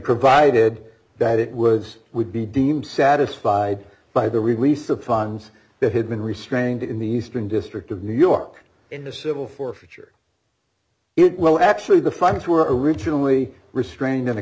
provided that it was would be deemed satisfied by the release of funds that had been restrained in the eastern district of new york in the civil forfeiture it well actually the funds were originally restrain